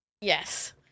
yes